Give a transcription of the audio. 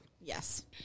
Yes